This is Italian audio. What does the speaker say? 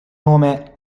nome